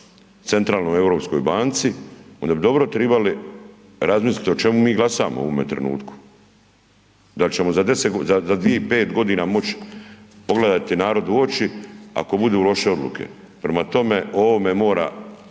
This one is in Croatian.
Centralnoj europskoj banci onda bi dobro tribali razmislit o čemu mi glasamo u ovome trenutku, dal ćemo za 10, za 2 i 5.g. moć pogledati narod u oči ako budu loše odluke, prema tome o ovome mora